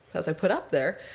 as i put up there,